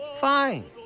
Fine